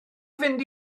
fynd